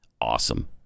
awesome